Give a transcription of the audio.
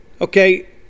Okay